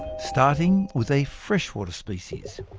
starting with a freshwater species.